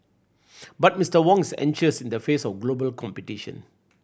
but Mister Wong's anxious in the face of global competition